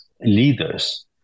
leaders